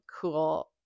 cool